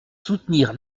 soutenir